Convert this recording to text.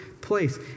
place